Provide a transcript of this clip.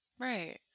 Right